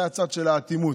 זה הצד של האטימות,